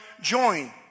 join